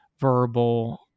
verbal